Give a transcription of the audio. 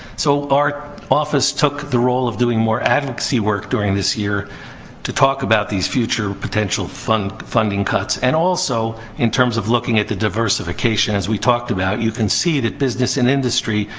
so, our office took the role of doing more advocacy work during this year to talk about these future potential funding funding cuts. and, also, in terms of looking at the diversification, as we talked about, you can see that business and industry,